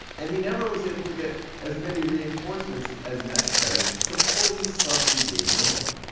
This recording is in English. and he never was able to get as many reinforcements and as necessary to fully subjugate rome.